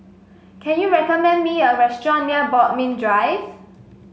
can you recommend me a restaurant near Bodmin Drive